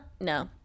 no